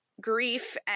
grief